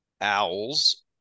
owls